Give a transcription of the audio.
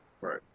Right